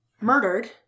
murdered